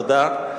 תודה.